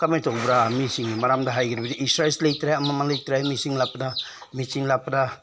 ꯀꯃꯥꯏꯅ ꯇꯧꯕ꯭ꯔꯥ ꯃꯤꯁꯤꯡꯒꯤ ꯃꯔꯝꯗ ꯍꯥꯏꯔꯕꯗꯤ ꯑꯦꯛꯁꯔꯁꯥꯏꯁ ꯂꯩꯇ꯭ꯔꯦ ꯑꯃ ꯑꯃ ꯂꯩꯇ꯭ꯔꯦ ꯃꯦꯆꯤꯟ ꯂꯥꯛꯄꯗ ꯃꯦꯆꯤꯟ ꯂꯥꯛꯄꯗ